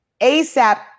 ASAP